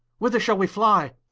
whether shall we flye?